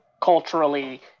culturally